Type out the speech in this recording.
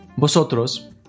vosotros